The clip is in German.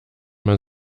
man